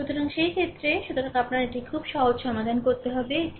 সুতরাং সেই ক্ষেত্রে সুতরাং আপনার এটি খুব সহজ সমাধান করতে হবে এটি